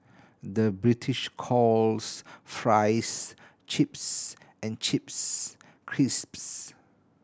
the British calls fries chips and chips crisps